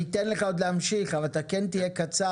אני אתן לך עוד להמשיך ואתה כן תהיה קצר,